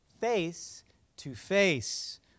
face-to-face